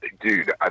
dude